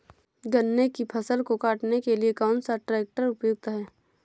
गन्ने की फसल को काटने के लिए कौन सा ट्रैक्टर उपयुक्त है?